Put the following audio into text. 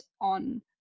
on